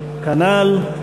כנ"ל,